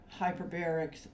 Hyperbarics